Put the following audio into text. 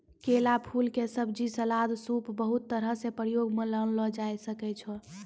केला फूल के सब्जी, सलाद, सूप बहुत तरह सॅ प्रयोग मॅ लानलो जाय ल सकै छो